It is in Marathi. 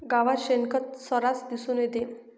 गावात शेणखत सर्रास दिसून येते